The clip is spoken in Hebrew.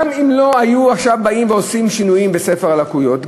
גם אם לא היו באים עכשיו ועושים שינויים בספר הליקויים,